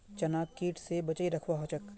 चनाक कीट स बचई रखवा ह छेक